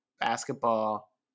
basketball